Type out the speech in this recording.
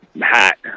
hat